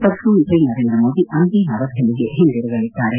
ಪ್ರಧಾನಮಂತ್ರಿ ನರೇಂದ್ರ ಮೋದಿ ಅಂದೇ ನವದೆಹಲಿಗೆ ಹಿಂತಿರುಗಲಿದ್ದಾರೆ